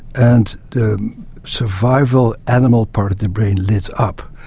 and the survival, animal part of the brain lit up.